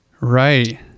Right